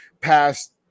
past